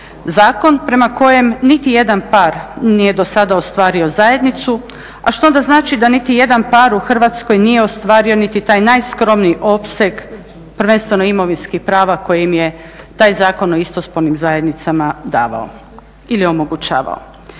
Zakon prema kojem niti jedan par nije do sada ostvario zajednicu, a što onda znači da niti jedan par u Hrvatskoj nije ostvario niti taj najskromniji opseg, prvenstveno imovinskih prava kojim je taj Zakon o istospolnim zajednicama davao ili omogućavao.